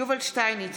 יובל שטייניץ,